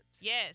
yes